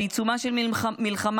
בעיצומה של מלחמה,